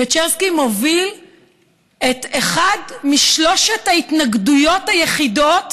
פצ'רסקי מוביל את אחד משלוש ההתנגדויות היחידות